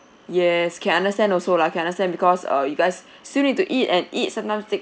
yes can understand also lah can understand because uh you guys still need to eat and eat some times take